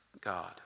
God